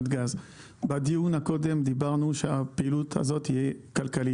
בדיון הקודם דיברנו שהפעילות הזאת תהיה כלכלית,